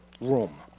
room